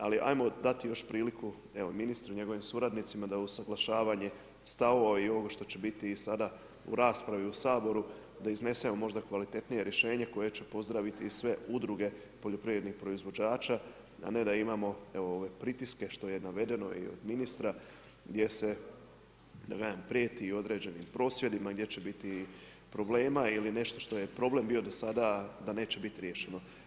Ali ajmo dati još priliku ministru i njegovim suradnicima da usuglašavanje stavova i ovoga što će biti sada u raspravi u Saboru da iznesemo možda kvalitetnije rješenje koje će pozdraviti sve udruge poljoprivrednih proizvođača, a ne da imamo pritiske što je navedeno i od ministra gdje se prijeti određenim prosvjedima gdje će biti problema ili nešto što je bio problem do sada da neće biti riješeno.